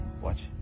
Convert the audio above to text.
watch